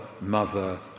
mother